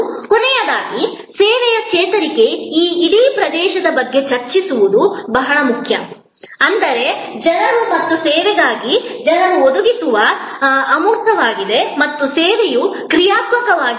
ಮತ್ತು ಕೊನೆಯದಾಗಿ ಸೇವೆಯ ಚೇತರಿಕೆಯ ಈ ಇಡೀ ಪ್ರದೇಶದ ಬಗ್ಗೆ ಚರ್ಚಿಸುವುದು ಬಹಳ ಮುಖ್ಯ ಅಂದರೆ ಜನರು ಮತ್ತು ಸೇವೆಗಾಗಿ ಜನರು ಒದಗಿಸುವ ಸೇವೆಗಳು ಅಮೂರ್ತವಾಗಿದೆ ಮತ್ತು ಸೇವೆಯು ಕ್ರಿಯಾತ್ಮಕವಾಗಿರುತ್ತದೆ